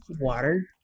water